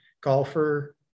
golfer